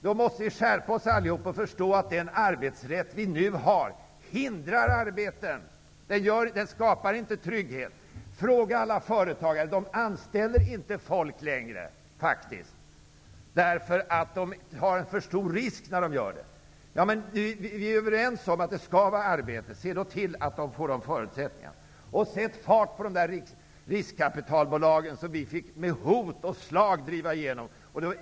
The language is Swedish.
Vi måste alla skärpa oss och förstå att den arbetsrätt som nu finns hindrar skapandet av arbeten. Den skapar inte trygghet. Fråga alla företagare! De anställer faktiskt inte folk längre. Det är för att de skulle ta en för stor risk. Vi är överens om att det skall skapas arbeten. Se då till att företagarna får förutsättningarna! Sätt fart på de riskkapitalbolag som vi i Ny demokrati lyckades driva igenom med hjälp av hot och slag.